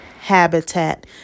habitat